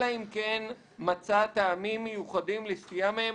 אלא אם כן מצא טעמים מיוחדים לסטייה מהם,